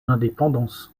indépendance